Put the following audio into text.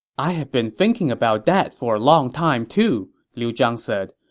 i've been thinking about that for a long time, too, liu zhang said.